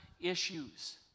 issues